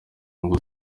ngo